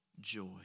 joy